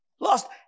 Lost